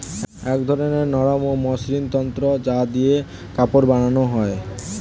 এক ধরনের নরম ও মসৃণ তন্তু যা দিয়ে কাপড় বানানো হয়